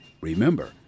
Remember